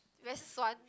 very 酸